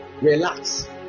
relax